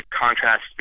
contrast